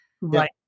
right